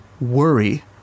worry